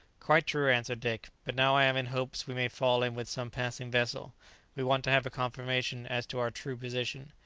quite true, answered dick but now i am in hopes we may fall in with some passing vessel we want to have a confirmation as to our true position.